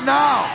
now